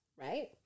right